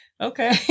okay